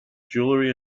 jewellery